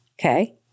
Okay